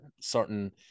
certain